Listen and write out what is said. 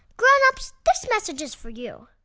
grown-ups, this message is for you